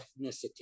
ethnicity